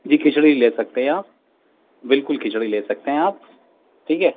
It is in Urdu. جی کھچڑی لے سکتے ہیں آپ بالکل کھچڑی لے سکتے ہیں آپ ٹھیک ہے